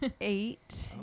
eight